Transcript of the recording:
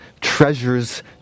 treasures